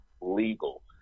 legal